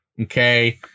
Okay